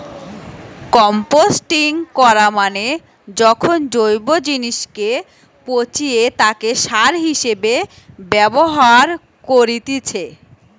composting করা মানে যখন জৈব জিনিসকে পচিয়ে তাকে সার হিসেবে ব্যবহার করেতিছে